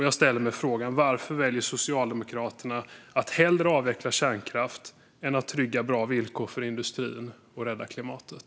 Jag ställer mig frågan: Varför väljer Socialdemokraterna att hellre avveckla kärnkraft än att trygga bra villkor för industrin och rädda klimatet?